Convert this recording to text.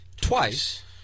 Twice